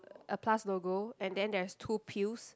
a plus logo and then there's two pills